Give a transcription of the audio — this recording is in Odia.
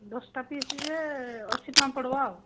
ଦଶଟା ପିସ୍ ଯିଏ ଅଶୀ ଟଙ୍କା ପଡ଼ିବ ଆଉ